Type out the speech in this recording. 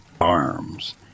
arms